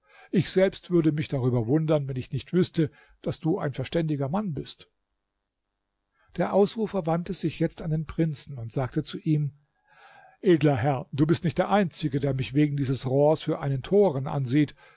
ich selbst würde mich darüber wundern wenn ich nicht wüßte daß du ein verständiger mann bist der ausrufer wandte sich jetzt an den prinzen und sagte zu ihm edler herr du bist nicht der einzige der mich wegen dieses rohrs für einen toren ansieht